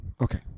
okay